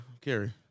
Carry